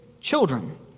children